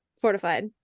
Fortified